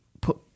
put